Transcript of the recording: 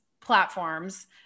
platforms